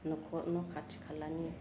न'खर न' खाथि खालानि